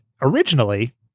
originally